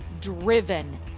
driven